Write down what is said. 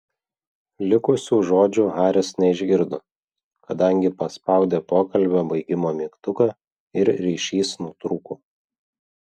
likusių žodžių haris neišgirdo kadangi paspaudė pokalbio baigimo mygtuką ir ryšys nutrūko